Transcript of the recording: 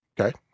Okay